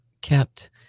kept